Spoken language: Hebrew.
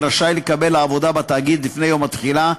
רשאי לקבל לעבודה בתאגיד לפני יום התחילה,